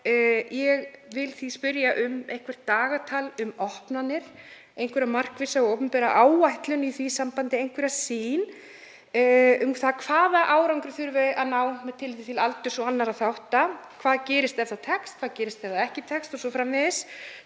Ég vil því spyrja um eitthvert dagatal um opnanir, einhverja markvissa opinbera áætlun í því sambandi, einhverja sýn um það hvaða árangri þurfi að ná með tilliti til aldurs og annarra þátta; hvað gerist ef það tekst, hvað gerist ef það tekst ekki o.s.frv.?